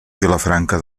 vilafranca